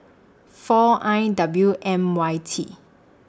four I W M Y T